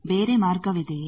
ಬೇರೆ ಮಾರ್ಗವಿದೆಯೇ